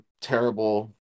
terrible